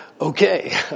Okay